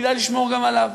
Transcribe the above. כדאי לשמור גם עליו.